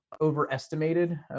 overestimated